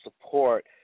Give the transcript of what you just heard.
support